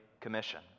commission